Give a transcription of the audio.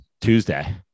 Tuesday